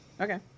Okay